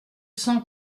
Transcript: cent